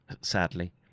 sadly